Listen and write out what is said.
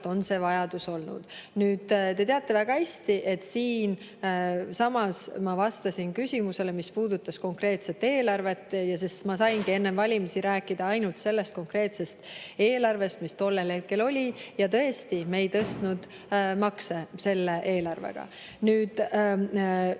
on see vajadus olnud. Te teate väga hästi, et siinsamas ma vastasin küsimusele, mis puudutas konkreetset eelarvet, sest ma saingi enne valimisi rääkida ainult sellest konkreetsest eelarvest, mis tollel hetkel oli. Ja tõesti, me ei tõstnud makse selle eelarvega. Järgmisel